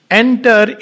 enter